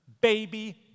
Baby